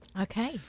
Okay